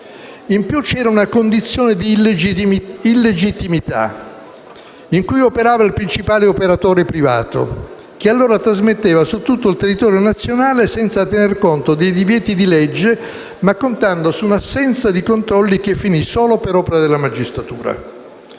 In più c'era la condizione di illegittimità in cui operava il principale operatore privato, che allora trasmetteva su tutto il territorio nazionale senza tener conto dei divieti di legge ma contando su un'assenza di controlli che finì solo per opera della magistratura.